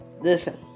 listen